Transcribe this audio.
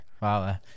Wow